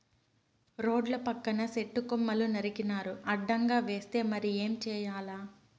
రోడ్ల పక్కన సెట్టు కొమ్మలు నరికినారు అడ్డంగా వస్తే మరి ఏం చేయాల